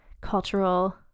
cultural